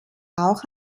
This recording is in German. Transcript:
auch